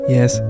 Yes